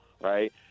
right